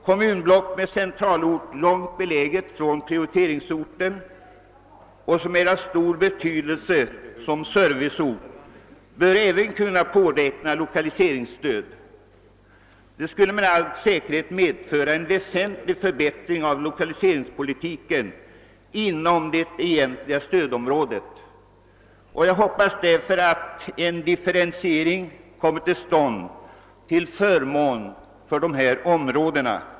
Kommunblock med centralort belägen långt från prioriteringsorten som är av stor betydelse som serviceort bör även kunna påräkna lokaliseringsstöd. Det skulle med all säkerhet medföra en väsentlig förbättring av lokaliseringspolitiken inom = det egentliga stödområdet. Jag hoppas därför att en differentiering kommer till stånd till förmån för dessa bygder.